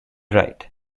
right